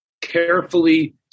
carefully